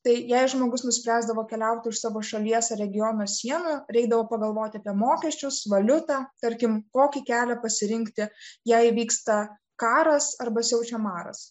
tai jei žmogus nuspręsdavo keliauti už savo šalies regiono sienų reikdavo pagalvoti apie mokesčius valiutą tarkim kokį kelią pasirinkti jei vyksta karas arba siaučia maras